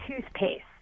toothpaste